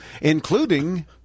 including